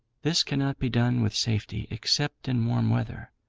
this cannot be done with safety, except in warm weather.